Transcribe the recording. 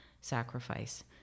sacrifice